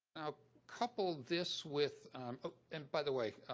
now, couple this with and by the way,